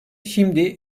şimdi